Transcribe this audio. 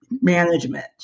management